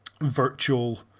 virtual